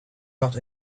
not